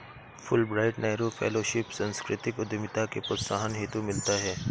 Fulbright Nehru fellowship सांस्कृतिक उद्यमिता के प्रोत्साहन हेतु मिलता है